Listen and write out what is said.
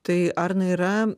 tai arnai yra